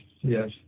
yes